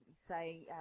say